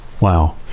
Wow